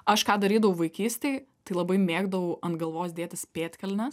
aš ką darydavau vaikystėj tai labai mėgdavau ant galvos dėtis pėdkelnes